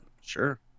Sure